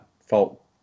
fault